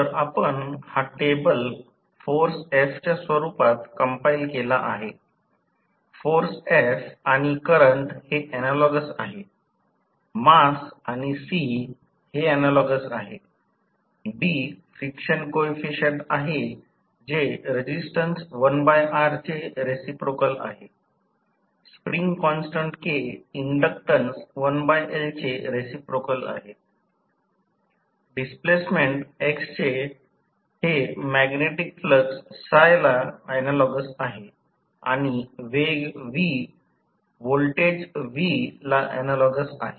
तर आपण हा टेबल फोर्स F च्या स्वरूपात कंपाईल केला आहे फोर्स F आणि करंट हे ऍनालॉगस आहे मास आणि C हे ऍनालॉगस आहे B फ्रिक्शन कॉइफिसिएंट आहे जे रेसिस्टन्स 1R चे रेसिप्रोकल आहे spring constant K inductance 1L चे रेसिप्रोकल आहे डिस्प्लेसमेंट x हे मॅग्नेटिक फ्लक्स ला ऍनालॉगस आहे आणि वेग v व्होल्टेज V ला ऍनालॉगस आहे